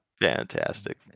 Fantastic